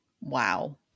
Wow